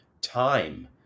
time